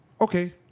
Okay